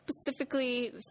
specifically